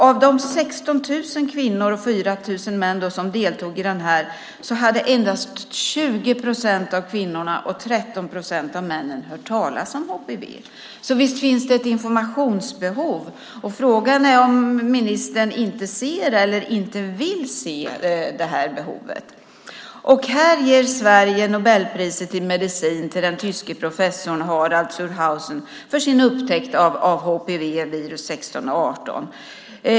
Av de 16 000 kvinnor och 4 000 män som deltog i undersökningen hade endast 20 procent av kvinnorna och 13 procent av männen hört talas om HPV. Visst finns det ett informationsbehov. Frågan är om ministern inte ser eller inte vill se det behovet. Här ger Sverige Nobelpriset i medicin till den tyske professorn Harald zur Hausen för hans upptäckt av humant papillomvirus 16 och 18.